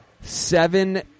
seven